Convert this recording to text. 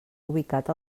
ubicat